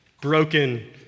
broken